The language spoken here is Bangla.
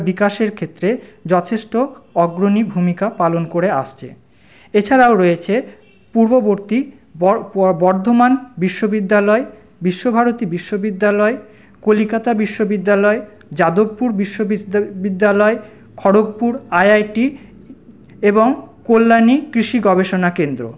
বিকাশের ক্ষেত্রে যথেষ্ট অগ্রণী ভূমিকা পালন করে আসছে এছাড়াও রয়েছে পূর্ববর্তী বর্ধমান বিশ্ববিদ্যালয় বিশ্বভারতী বিশ্ববিদ্যালয় কলকাতা বিশ্ববিদ্যালয় যাদবপুর বিশ্ব বিদ্যালয় খড়গপুর আইআইটি এবং কল্যাণী কৃষি গবেষণা কেন্দ্র